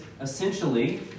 essentially